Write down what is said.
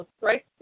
right